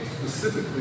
specifically